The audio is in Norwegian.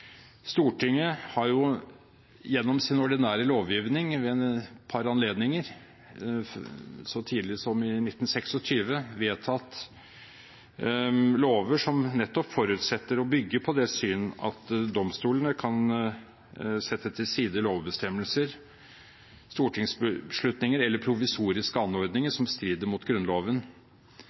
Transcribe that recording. Stortinget har gjennom sin ordinære lovgivning ved et par anledninger – så tidlig som i 1926 – vedtatt lover som nettopp forutsetter å bygge på det syn at domstolene kan sette til side lovbestemmelser, stortingsbeslutninger eller provisoriske anordninger som strider mot Grunnloven,